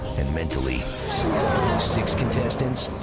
and mentally six contestants,